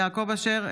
אינו נוכח יעקב אשר,